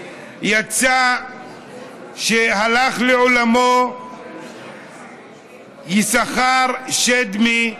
יצא שהלך לעולמו יששכר שדמי,